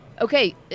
Okay